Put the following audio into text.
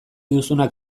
duzunak